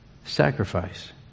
sacrifice